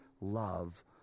love